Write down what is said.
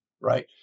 right